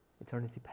Eternity